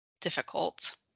difficult